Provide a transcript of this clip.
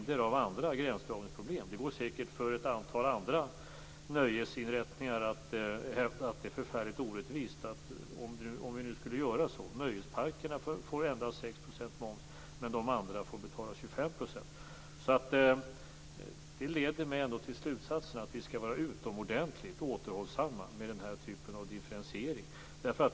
Det går säkert att för ett antal nöjesinrättningar hävda att det är förfärligt orättvist att nöjesparkerna får betala endast 6 % moms medan de andra får betala 25 %. Detta leder mig till slutsatsen att vi skall vara utomordentligt återhållsamma med den typen av differentiering.